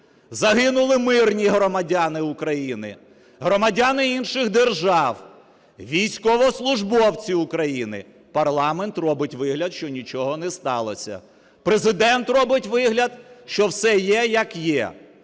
загинули мирні громадяни України, громадяни інших держав, військовослужбовці України – парламент робить вигляд, що нічого не сталося. Президент робить вигляд, що все є як є.